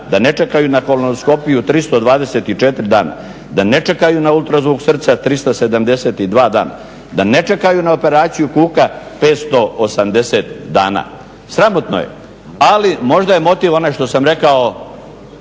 da ne čekaju na kolonoskopiju 324 dana, da ne čekaju na ultrazvuk srca 372 dana, da ne čekaju na operaciju kuka 580 dana. Sramotno je, ali možda je motiv ono što sam rekao